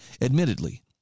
Admittedly